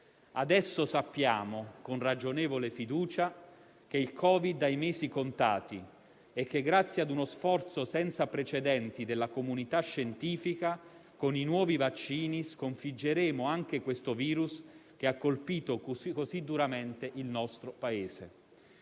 Adesso sappiamo con ragionevole fiducia che il Covid ha i mesi contati e che, grazie a uno sforzo senza precedenti della comunità scientifica, con i nuovi vaccini sconfiggeremo anche questo virus che ha colpito così duramente il nostro Paese.